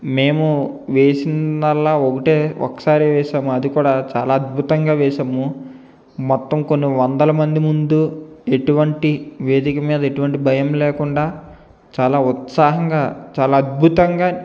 మేము వేసిందల్లా ఒకటే ఒకసారి వేశాము అది కూడా చాలా అద్భుతంగా వేశాము మొత్తం కొన్ని వందల మంది ముందు ఎటువంటి వేదిక మీద ఎటువంటి భయం లేకుండా చాలా ఉత్సాహంగా చాలా అద్భుతంగా